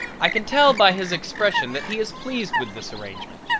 i can tell by his expression that he is pleased with this arrangement.